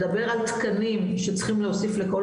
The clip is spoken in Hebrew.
מדבר על תקנים שצריכים להוסיף לכל